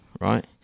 right